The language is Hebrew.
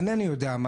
אינני יודע כמה,